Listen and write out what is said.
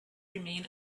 remain